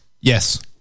Yes